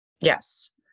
Yes